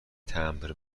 تمبر